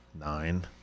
Nine